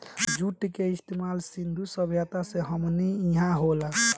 जुट के इस्तमाल सिंधु सभ्यता से हमनी इहा होला